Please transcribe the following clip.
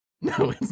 No